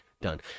done